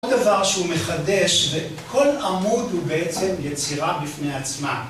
כל דבר שהוא מחדש וכל עמוד הוא בעצם יצירה בפני עצמם.